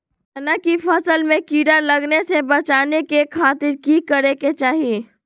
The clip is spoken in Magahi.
चना की फसल में कीड़ा लगने से बचाने के खातिर की करे के चाही?